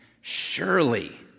surely